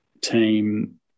team